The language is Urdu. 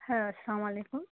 ہاں السّلام علیکم